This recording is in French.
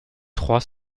trois